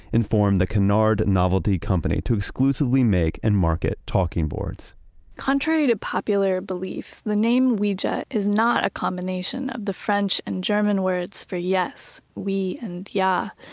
informed the kennard novelty company to exclusively make and market talking boards contrary to popular belief, the name ouija is not a combination of the french and german words for yes, oui and ja.